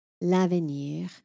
L'avenir